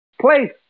place